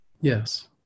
Yes